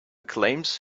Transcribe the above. claims